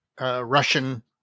Russian